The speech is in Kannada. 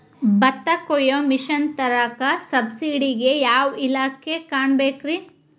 ಭತ್ತ ಕೊಯ್ಯ ಮಿಷನ್ ತರಾಕ ಸಬ್ಸಿಡಿಗೆ ಯಾವ ಇಲಾಖೆ ಕಾಣಬೇಕ್ರೇ?